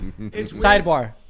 Sidebar